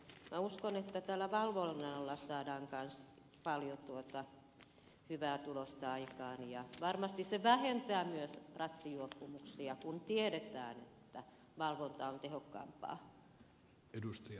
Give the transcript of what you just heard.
minä uskon että tällä valvonnalla saadaan kanssa paljon hyvää tulosta aikaan ja varmasti se myös vähentää rattijuopumuksia kun tiedetään että valvonta on tehokkaampaa